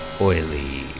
Oily